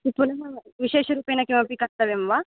पुनः विशेषरूपेण किमपि कर्तव्यं वा